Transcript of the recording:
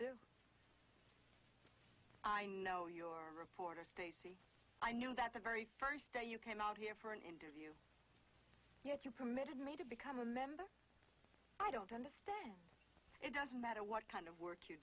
do i know your reporter stated i knew that the very first day you came out here for an interview yet you permitted me to become a member i don't understand it doesn't matter what kind of work